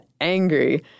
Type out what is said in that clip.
angry